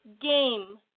game